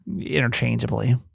interchangeably